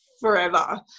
forever